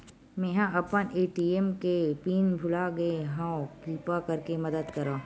मेंहा अपन ए.टी.एम के पिन भुला गए हव, किरपा करके मदद करव